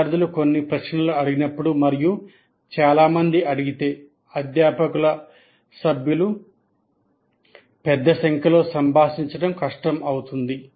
విద్యార్థులు కొన్ని ప్రశ్నలు అడిగినప్పుడు మరియు చాలా మంది అడిగితే అధ్యాపక సభ్యులు పెద్ద సంఖ్యలో సంభాషించడం కష్టం అవుతుంది